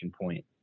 point